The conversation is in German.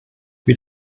wie